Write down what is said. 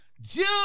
June